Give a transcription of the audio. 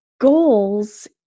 goals